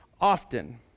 often